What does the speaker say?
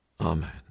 Amen